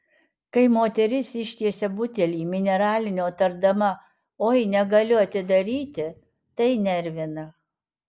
kai moteris ištiesia butelį mineralinio tardama oi negaliu atidaryti tai nervina